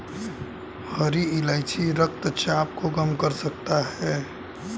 हरी इलायची रक्तचाप को कम कर सकता है